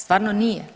Stvarno nije.